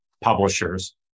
publishers